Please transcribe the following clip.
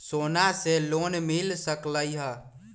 सोना से लोन मिल सकलई ह?